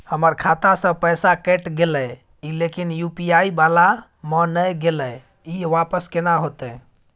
हमर खाता स पैसा कैट गेले इ लेकिन यु.पी.आई वाला म नय गेले इ वापस केना होतै?